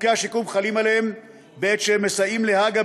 חוקי השיקום חלים עליהם בעת שהם מסייעים להג"א,